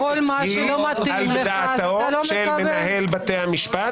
היא על דעתו של מנהל בתי המשפט